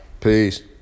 Peace